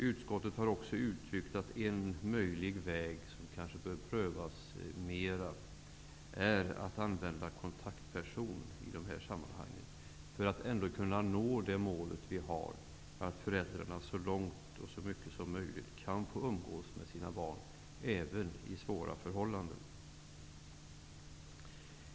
Utskottet har också uttalat att en möjlig väg att kanske pröva mera är att använda kontaktpersoner i dessa sammanhang. Det skulle underlätta att nå målet, att föräldrar så mycket som möjligt får umgås med sina barn, även under svåra förhållanden.